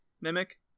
mimic